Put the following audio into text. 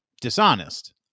dishonest